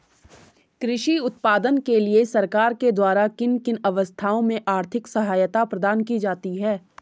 कृषि उत्पादन के लिए सरकार के द्वारा किन किन अवस्थाओं में आर्थिक सहायता प्रदान की जाती है?